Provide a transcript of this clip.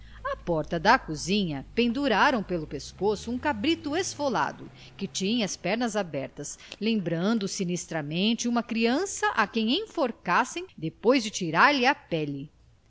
à porta da cozinha penduraram pelo pescoço um cabrito esfolado que tinha as pernas abertas lembrando sinistramente uma criança a quem enforcassem depois de tirar-lhe a pele